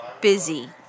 busy